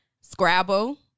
scrabble